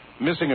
missing